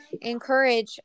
encourage